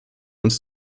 uns